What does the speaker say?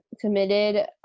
committed